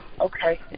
Okay